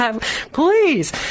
please